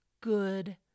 good